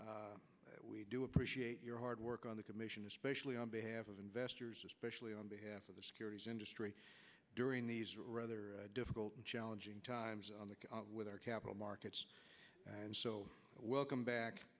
here we do appreciate your hard work on the commission especially on behalf of investors especially on behalf of the securities industry during these rather difficult and challenging times with our capital markets and welcome back